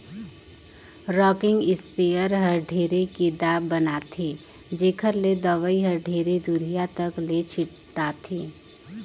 rocking sprayer हर ढेरे के दाब बनाथे जेखर ले दवई हर ढेरे दुरिहा तक ले छिटाथे